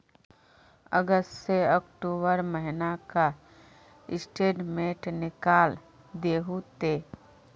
अगस्त से अक्टूबर महीना का स्टेटमेंट निकाल दहु ते?